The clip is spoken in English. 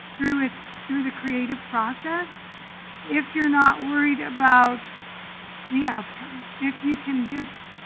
through its through the creative process if you're not worried about the outcome, if you can just